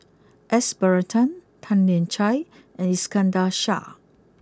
S Varathan Tan Lian Chye and Iskandar Shah